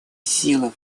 сила